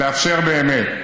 לאפשר באמת.